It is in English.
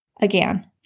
Again